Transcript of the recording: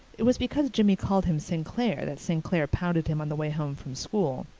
it was because jimmy called him st. clair' that st. clair pounded him on the way home from school.